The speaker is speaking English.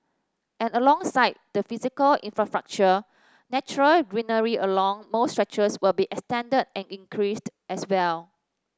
and alongside the physical infrastructure natural greenery along most stretches will be extended and increased as well